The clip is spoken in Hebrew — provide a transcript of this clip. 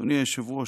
אדוני היושב-ראש,